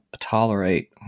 tolerate